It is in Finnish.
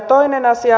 toinen asia